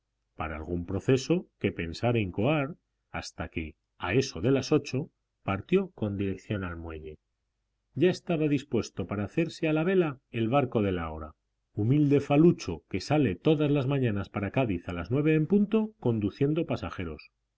para algún proceso que pensara incoar hasta que a eso de las ocho partió con dirección al muelle ya estaba dispuesto para hacerse a la vela el barco de la hora humilde falucho que sale todas las mañanas para cádiz a las nueve en punto conduciendo pasajeros